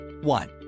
One